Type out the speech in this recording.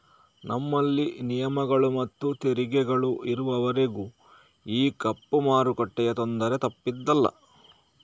ನಮ್ಮಲ್ಲಿ ನಿಯಮಗಳು ಮತ್ತು ತೆರಿಗೆಗಳು ಇರುವವರೆಗೂ ಈ ಕಪ್ಪು ಮಾರುಕಟ್ಟೆಯ ತೊಂದರೆ ತಪ್ಪಿದ್ದಲ್ಲ